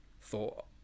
thought